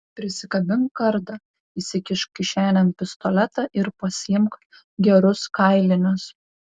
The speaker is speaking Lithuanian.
prisikabink kardą įsikišk kišenėn pistoletą ir pasiimk gerus kailinius